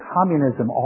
Communism